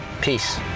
Peace